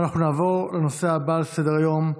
נעבור לנושא הבא על סדר-היום: